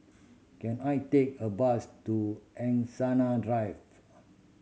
can I take a bus to Angsana Drive